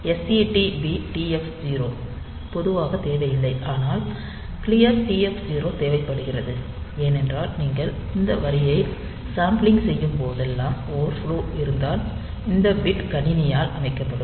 SETB TF 0 பொதுவாக தேவையில்லை ஆனால் க்ளியர் TF0 தேவைப்படுகிறது ஏனென்றால் நீங்கள் இந்த வரியை சாம்பிளிங் செய்யும் போதெல்லாம் ஓவர்ஃப்லோ இருந்தால் இந்த பிட் கணினியால் அமைக்கப்படும்